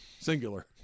Singular